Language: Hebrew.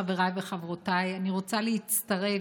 חבריי וחברותיי, אני רוצה להצטרף